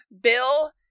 Bill